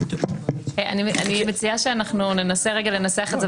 אני מציעה שננסה לנסח את זה.